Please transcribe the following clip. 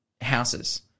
houses